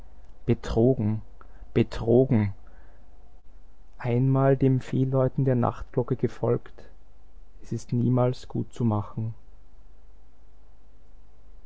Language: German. betrogen betrogen einmal dem fehlläuten der nachtglocke gefolgt es ist niemals gutzumachen auf